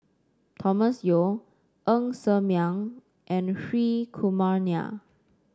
Thomas Yeo Ng Ser Miang and Hri Kumar Nair